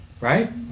Right